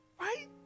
Right